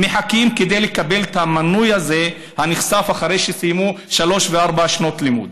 כדי לקבל את המנוי הנכסף הזה אחרי שסיימו שלוש וארבע שנות לימוד.